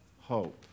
hope